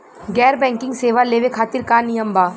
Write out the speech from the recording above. गैर बैंकिंग सेवा लेवे खातिर का नियम बा?